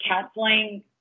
counseling